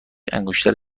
انگشتر